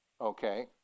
Okay